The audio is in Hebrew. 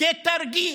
כתרגיל,